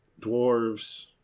dwarves